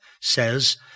says